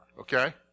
okay